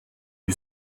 die